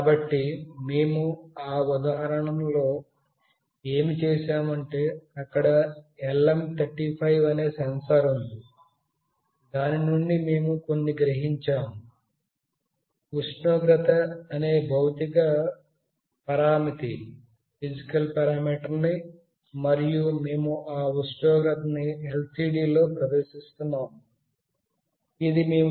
కాబట్టి మేము ఆ ఉదాహరణలో ఏమి చేసామంటే LM35 అనే సెన్సార్ నుండి మేము ఉష్ణోగ్రత అనేభౌతిక పరామితి ని గ్రహించాము మరియు ఆ ఉష్ణోగ్రతని LCD లో ప్రదర్శిస్తున్నాము